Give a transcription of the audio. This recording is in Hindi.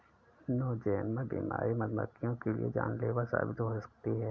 नोज़ेमा बीमारी मधुमक्खियों के लिए जानलेवा साबित हो सकती है